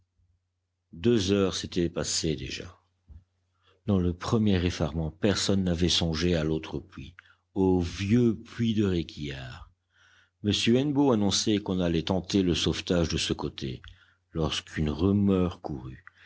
deux heures s'étaient passées déjà dans le premier effarement personne n'avait songé à l'autre puits au vieux puits de réquillart m hennebeau annonçait qu'on allait tenter le sauvetage de ce côté lorsqu'une rumeur courut